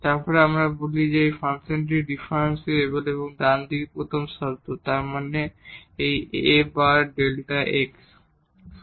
তারপর আমরা এই ফাংশনটিকে কল করি যেটা ডিফারেনশিবল এবং এই ডানদিকের প্রথম শব্দ তার মানে এই A গুণ Δ x হবে